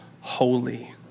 holy